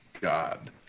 God